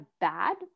bad